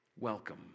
welcome